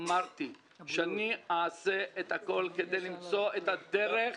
אמרתי שאעשה את הכול כדי למצוא את הדרך